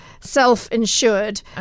self-insured